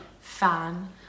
fan